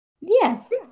Yes